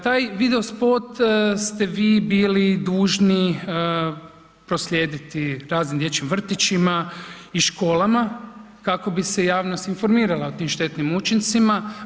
Taj video spot ste vi bili dužni proslijediti raznim dječjim vrtićima i školama kako bi se javnost informirala o tim štetnim učincima.